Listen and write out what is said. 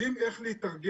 יודעים איך להתארגן.